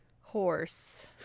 horse